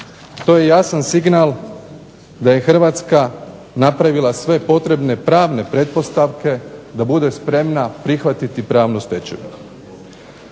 To je jasan signal da je Hrvatska napravila sve potrebne pravne pretpostavke da bude spremna prihvatiti pravnu stečevinu.